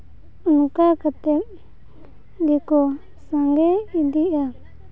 ᱚᱱᱠᱟ ᱠᱟᱛᱮᱫ ᱫᱚᱠᱚ ᱥᱟᱸᱜᱮ ᱤᱫᱤᱜᱼᱟ